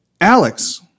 Alex